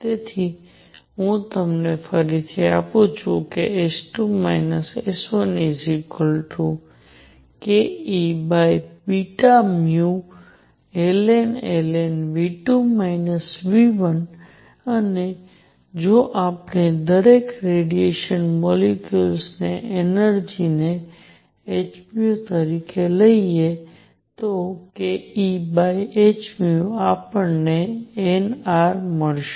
તેથી હું તમને ફરીથી આપું છું કે S2 S1 kEβνln V2V1 અને જો આપણે દરેક રેડિયેશન મોલેક્યુલ્સ ની એનર્જી ને h તરીકે લઈએ તો kEhν આપણને n R મળશે